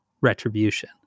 retribution